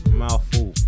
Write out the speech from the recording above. mouthful